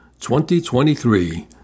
2023